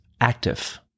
active